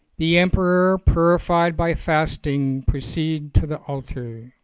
the emperor purified by fasting proceeded to the altar.